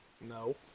No